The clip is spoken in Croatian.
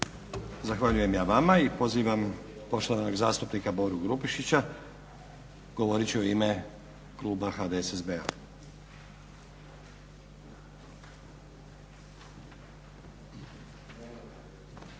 Zahvaljujem ja vama. I pozivam poštovanog zastupnika Boru Grubišića, govorit će u ime kluba HDSSB-a.